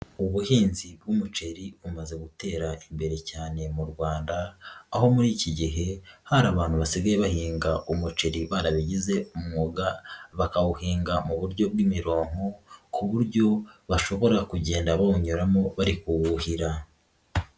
Ubuhinzi bw'umuceri bumaze gutera imbere cyane mu Rwanda aho muri iki gihe hari abantu basigaye bahinga umuceri barabigize umwuga bakawuhinga mu buryo bw'imironko ku buryo bashobora kugenda bawunyuramo bari kuwuhira.